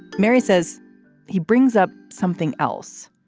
mary says he brings up something else.